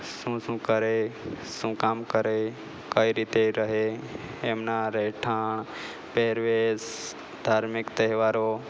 શું શું કરે શું કામ કરે કઈ રીતે રહે એમના રહેઠાણ પહેરવેશ ધાર્મિક તહેવારો